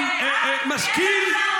עם משכיל,